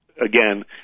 again